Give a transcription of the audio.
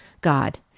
God